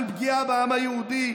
של פגיעה בעם היהודי,